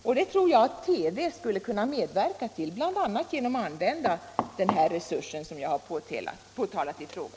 Jag tror att TV skulle kunna medverka till detta, bl.a. genom att använda den här resursen som jag har pekat på i min fråga.